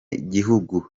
gihugu